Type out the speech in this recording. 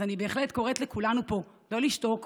אז אני בהחלט קוראת לכולנו פה לא לשתוק,